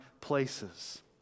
places